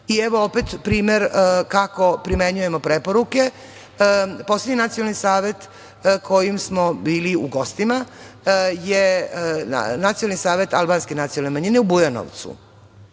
i evo opet primer kako primenjujemo preporuke. Poslednji nacionalni savet kojem smo bili u gostima je Nacionalni savet albanske nacionalne manjine u Bujanovcu.